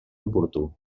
oportú